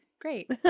great